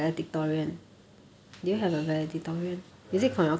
err ya have